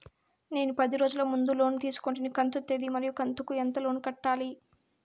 నేను పది రోజుల ముందు లోను తీసుకొంటిని కంతు తేది మరియు కంతు కు ఎంత లోను కట్టాలి?